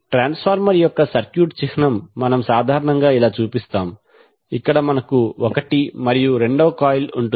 transformer యొక్క circuit చిహ్నం మనము సాధారణంగా ఇలా చూపిస్తాము ఇక్కడ మనకు ఒకటి మరియు రెండవ కాయిల్ ఉంటుంది